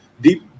deep